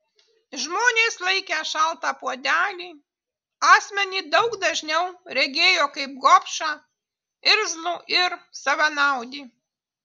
žmonės laikę šaltą puodelį asmenį daug dažniau regėjo kaip gobšą irzlų ir savanaudį